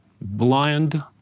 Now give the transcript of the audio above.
blind